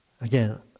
Again